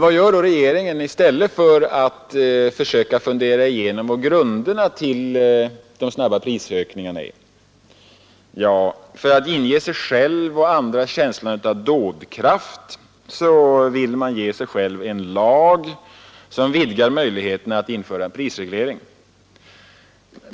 Vad gör då regeringen i stället för att försöka fundera ut vilka grunderna till de snabba prisstegringarna är? Jo, för att inge sig själv och andra känslan av dådkraft vill man nu ge sig själv en lag som vidgar möjligheterna att införa prisreglering.